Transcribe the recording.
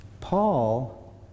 Paul